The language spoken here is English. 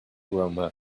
aroma